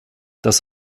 das